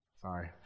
sorry